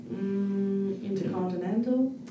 Intercontinental